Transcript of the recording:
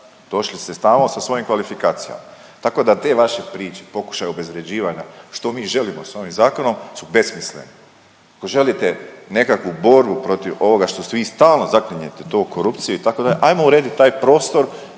Došli ste tamo sa svojim kvalifikacijama. Tako da te vaše priče, pokušaj obezvrjeđivanja što mi želimo s ovim zakonom su besmislene. Ako želite nekakvu borbu protiv ovoga što se vi stalno zaklinjete to u korupciji, itd., ajmo urediti taj prostor